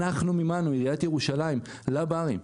אנחנו מימנו, עיריית ירושלים, לברים.